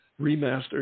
remastered